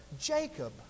Jacob